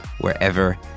wherever